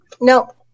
No